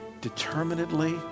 determinedly